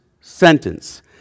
sentence